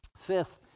Fifth